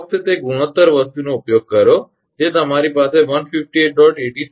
ફક્ત તે ગુણોત્તર વસ્તુનો ઉપયોગ કરો જે તમારી પાસે 158